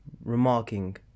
remarking